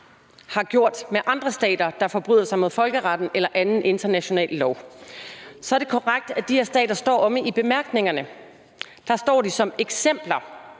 har gjort det med andre stater, der forbryder sig mod folkeretten eller anden international lov. Så er det korrekt, at de her stater står i bemærkningerne; der står de som eksempler